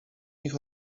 ich